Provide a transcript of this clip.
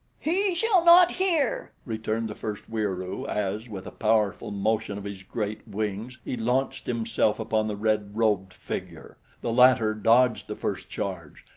he shall not hear, returned the first wieroo as, with a powerful motion of his great wings, he launched himself upon the red-robed figure. the latter dodged the first charge,